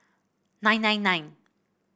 nine nine nine